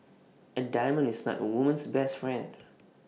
A diamond is not A woman's best friend